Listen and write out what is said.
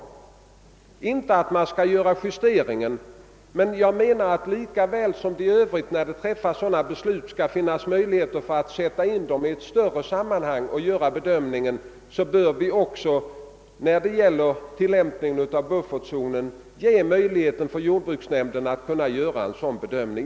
Lika väl som det är möjligt att när beslut av detta slag träffas, som berör den nedre prisgränsen, bedöma dem i ett större sammanhang bör vi vid tillämpningen av reglerna om buffertzonen ge jordbruksnämnden möjlighet att göra en sådan bedömning.